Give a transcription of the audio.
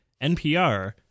NPR